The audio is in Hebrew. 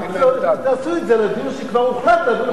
אז תעשו את זה עם הדיון שכבר הוחלט להעביר אותו